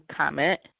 comment